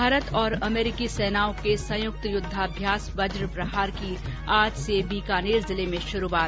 भारत और अमेरिकी सेनाओं के संयुक्त युद्धाभ्यास वज्र पहार की आज से बीकानेर जिले में शुरूआत